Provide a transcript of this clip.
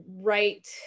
right